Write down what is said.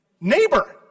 Neighbor